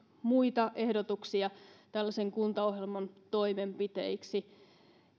muita ehdotuksia tällaisen kuntaohjelman toimenpiteiksi